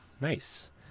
nice